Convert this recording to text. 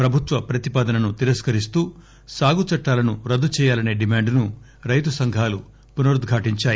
ప్రభుత్వ ప్రతిపాదనను తిరస్కరిస్తూ సాగు చట్టాలను రద్దు చేయాలనే డిమాండును రైతు సంఘాలు పునరుధ్ఘాటించాయి